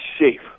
safe